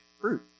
fruit